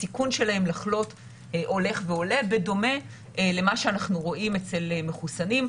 הסיכון שלהם לחלות הולך ועולה בדומה למה שאנחנו רואים אצל מחוסנים.